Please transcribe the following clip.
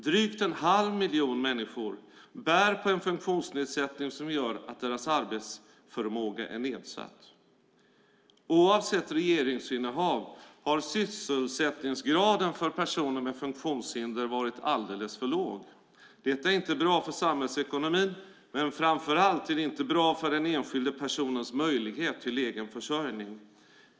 Drygt en halv miljon människor bär på en funktionsnedsättning som gör att deras arbetsförmåga är nedsatt. Oavsett regeringsinnehav har sysselsättningsgraden för personer med funktionshinder varit alldeles för låg. Detta är inte bra för samhällsekonomin, men framför allt är det inte bra för den enskilda personens möjlighet till egen försörjning.